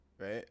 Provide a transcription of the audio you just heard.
right